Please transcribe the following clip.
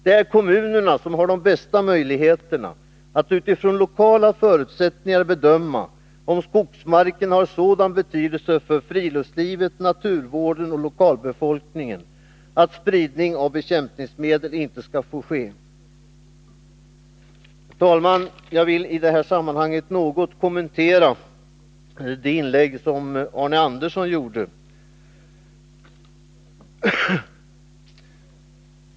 Det är kommunerna som har de bästa möjligheterna att utifrån lokala Nr 48 förutsättningar bedöma om skogsmarken har sådan betydelse för friluftsli= Torsdagen den vet, naturvården och lokalbefolkningen att spridning av bekämpningsmedel 10 december 1981 inte skall få ske. YES etröEEr rk Herr talman! Jag vill i detta sammanhang något kommentera Arne Lag om spridning Anderssons i Ljung inlägg.